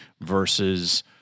versus